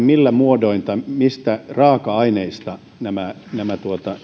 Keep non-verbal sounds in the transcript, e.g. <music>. <unintelligible> millä muodoin tai mistä raaka aineista nämä nämä